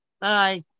Bye